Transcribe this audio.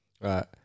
Right